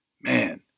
Man